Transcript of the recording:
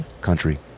Country